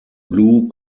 blue